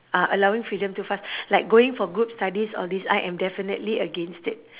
uh allowing freedom too fast like going for group studies all these I am definitely against it